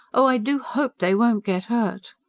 oh, i do hope they won't get hurt.